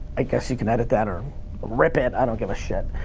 i guess you can edit that or rip it, i don't give a shit.